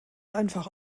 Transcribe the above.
einfach